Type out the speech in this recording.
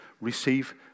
receive